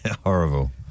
Horrible